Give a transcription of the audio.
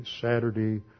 Saturday